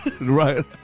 Right